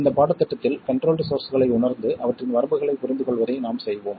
இந்த பாடத்திட்டத்தில் கன்ட்ரோல்ட் சோர்ஸ்களை உணர்ந்து அவற்றின் வரம்புகளைப் புரிந்துகொள்வதை நாம் செய்வோம்